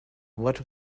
what